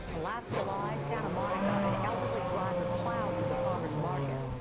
last july santa monica an elderly driver ploughs through the farmer's market.